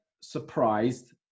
surprised